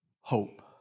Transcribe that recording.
Hope